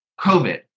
COVID